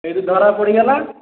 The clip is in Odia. ଏଇଠି ଧରା ପଡ଼ିଗଲା